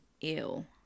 ew